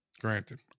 Granted